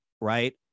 right